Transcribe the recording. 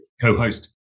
co-host